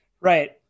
Right